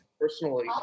personally